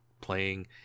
playing